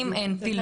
אם אין פילוח,